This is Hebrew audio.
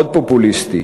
מאוד פופוליסטי,